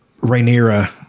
Rhaenyra